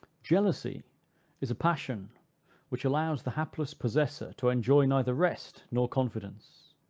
jealousy is a passion which allows the hapless possessor to enjoy neither rest nor confidence.